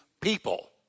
people